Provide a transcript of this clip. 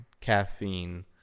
caffeine